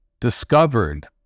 discovered